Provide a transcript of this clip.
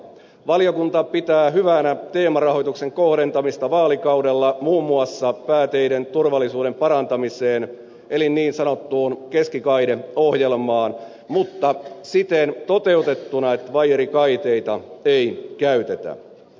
valiokunta pitää hyvänä teemarahoituksen kohdentamista vaalikaudella muun muassa pääteiden turvallisuuden parantamiseen eli niin sanottuun keskikaideohjelmaan mutta siten toteutettuna että vaijerikaiteita ei käytetä